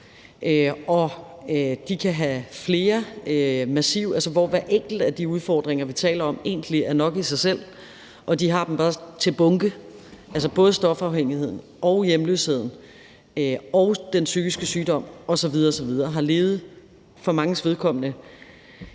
de kan have flere massive udfordringer, hvor hver enkelt af de udfordringer vi taler om, egentlig er nok i sig selv, men de har dem bare til bunke – altså både stofafhængigheden og hjemløsheden og den psykiske sygdom osv. osv. For manges vedkommende